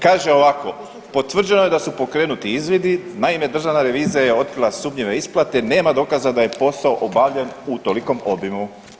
Kaže ovako, potvrđeno je da su pokrenuti izvidi, naime Državna revizija je otkrila sumnjive isplate nema dokaza da je posao obavljen u tolikom obimu.